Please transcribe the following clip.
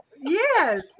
Yes